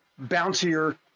bouncier